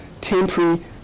temporary